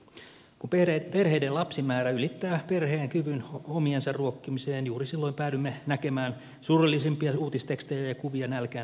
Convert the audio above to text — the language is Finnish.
kun perheiden lapsimäärä ylittää perheen kyvyn omiensa ruokkimiseen juuri silloin päädymme näkemään surullisimpia uutistekstejä ja kuvia nälkään nääntyvistä lapsista